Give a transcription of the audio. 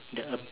the ap~